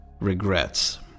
Regrets